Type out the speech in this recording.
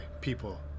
people